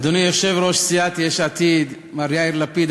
אדוני יושב-ראש סיעת יש עתיד מר יאיר לפיד,